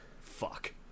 fuck